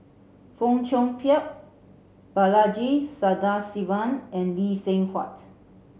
Fong Chong Pik Balaji Sadasivan and Lee Seng Huat